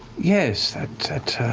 yes, that